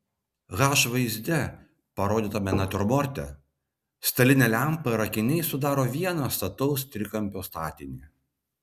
h vaizde parodytame natiurmorte stalinė lempa ir akiniai sudaro vieną stataus trikampio statinį